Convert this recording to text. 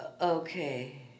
okay